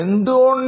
എന്തുകൊണ്ട്